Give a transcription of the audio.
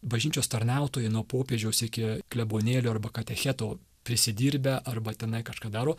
bažnyčios tarnautojai nuo popiežiaus iki klebonėlio arba katechetų prisidirbę arba tenai kažką daro